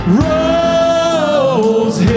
rose